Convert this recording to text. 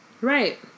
Right